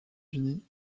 unis